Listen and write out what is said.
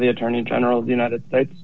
the attorney general of the united states